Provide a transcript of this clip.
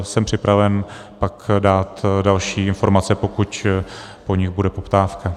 Jsem připraven pak dát další informace, pokud po nich bude poptávka.